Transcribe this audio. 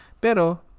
Pero